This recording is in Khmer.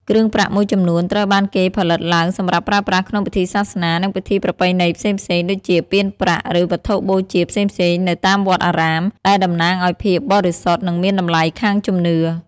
គ្រឿងប្រាក់មួយចំនួនត្រូវបានគេផលិតឡើងសម្រាប់ប្រើប្រាស់ក្នុងពិធីសាសនា និងពិធីប្រពៃណីផ្សេងៗ ដូចជាពានប្រាក់ ឬវត្ថុបូជាផ្សេងៗនៅតាមវត្តអារាម ដែលតំណាងឱ្យភាពបរិសុទ្ធ និងមានតម្លៃខាងជំនឿ។